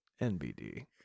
NBD